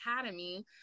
Academy